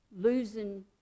losing